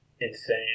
insane